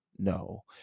no